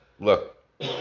Look